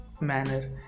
manner